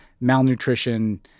malnutrition